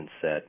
set